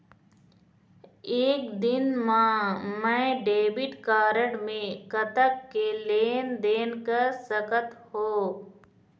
एक दिन मा मैं डेबिट कारड मे कतक के लेन देन कर सकत हो?